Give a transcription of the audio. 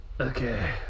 Okay